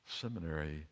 Seminary